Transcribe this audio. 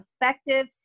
effective